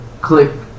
Click